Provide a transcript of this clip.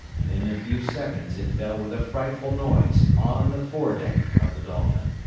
and in a few seconds it fell with a frightful noise on the fore-deck of the dolphin.